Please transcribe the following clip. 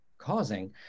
Causing